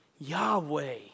Yahweh